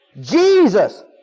Jesus